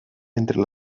entre